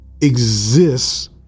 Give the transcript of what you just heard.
exists